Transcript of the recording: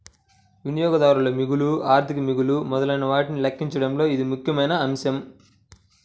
వినియోగదారు మిగులు, ఆర్థిక మిగులు మొదలైనవాటిని లెక్కించడంలో ఇది ముఖ్యమైన అంశం